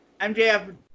MJF